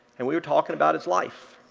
and we were talking about his life.